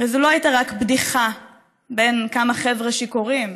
הרי זאת לא הייתה רק בדיחה בין כמה חבר'ה שיכורים.